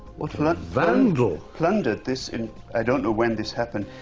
but ah a vandal. plundered this. and i don't know when this happened.